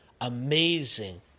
Amazing